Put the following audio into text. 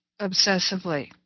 obsessively